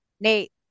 Nate